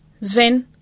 Zven